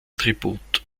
tribut